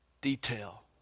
detail